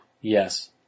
Yes